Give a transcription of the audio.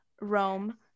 Rome